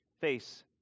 face